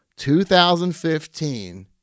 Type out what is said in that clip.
2015